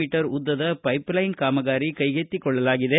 me ಉದ್ದದ pipeline ಕಾಮಗಾರಿ ಕೈಗೆತ್ತಿಕೊಳ್ಳಲಾಗಿದೆ